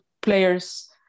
players